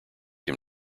him